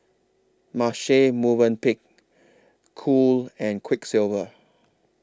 Marche Movenpick Cool and Quiksilver